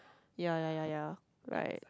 ya ya ya ya right